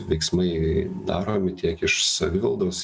veiksmai daromi tiek iš savivaldos